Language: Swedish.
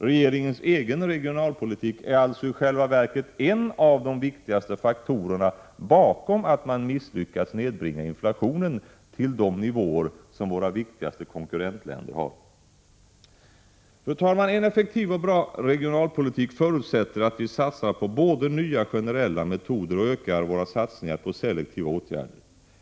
Regeringens egen regionalpolitik är alltså i själva verket en av de viktigaste faktorerna bakom att man misslyckats med att nedbringa inflationen till de nivåer som våra viktigaste konkurrentländer har. En effektiv och bra regionalpolitik förutsätter att vi satsar på både nya generella metoder och ökar våra satsningar på selektiva åtgärder.